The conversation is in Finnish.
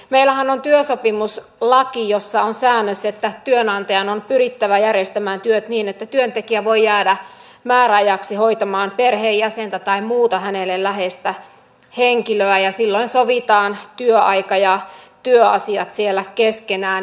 meillähän on työsopimuslaki jossa on säännös että työnantajan on pyrittävä järjestämään työt niin että työntekijä voi jäädä määräajaksi hoitamaan perheenjäsentä tai muuta hänelle läheistä henkilöä ja silloin sovitaan työaika ja työasiat siellä keskenään